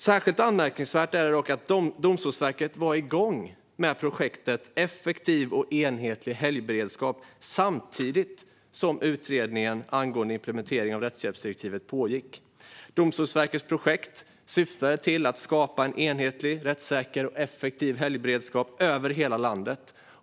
Särskilt anmärkningsvärt är det dock att Domstolsverket var igång med projektet Effektiv och enhetlig helgberedskap samtidigt som utredningen angående implementeringen av rättshjälpsdirektivet pågick. Domstolsverkets projekt syftade till att skapa en enhetlig, rättssäker och effektiv helgberedskap över hela landet.